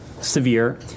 severe